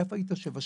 איפה היית שבע שנים?